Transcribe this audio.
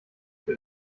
soll